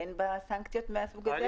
אין בה סנקציות מהסוג הזה.